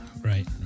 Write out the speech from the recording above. right